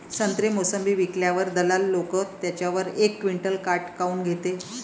संत्रे, मोसंबी विकल्यावर दलाल लोकं त्याच्यावर एक क्विंटल काट काऊन घेते?